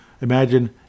Imagine